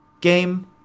game